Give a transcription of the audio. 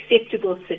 acceptable